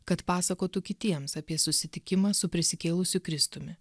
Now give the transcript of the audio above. kad pasakotų kitiems apie susitikimą su prisikėlusiu kristumi